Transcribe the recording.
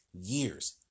years